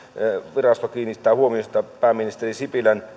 virasto kiinnittää huomiota pääministeri sipilän